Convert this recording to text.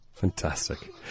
Fantastic